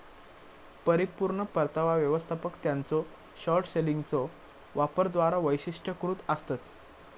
परिपूर्ण परतावा व्यवस्थापक त्यांच्यो शॉर्ट सेलिंगच्यो वापराद्वारा वैशिष्ट्यीकृत आसतत